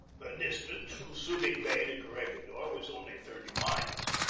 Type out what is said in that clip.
the distance from subig bay to corregidor was only thirty miles.